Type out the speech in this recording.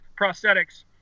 prosthetics